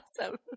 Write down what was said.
awesome